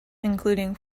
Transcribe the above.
including